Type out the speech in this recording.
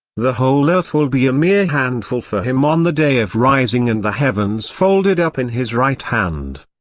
the whole earth will be a mere handful for him on the day of rising and the heavens folded up in his right hand.